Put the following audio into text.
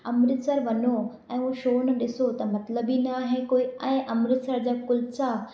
अमृतसर वञो ऐं उहो शो न ॾिसो त मतिलबु ई न आहे कोई ऐं अमृतसर जा कुल्चा